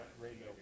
radio